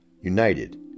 united